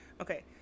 okay